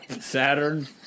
Saturn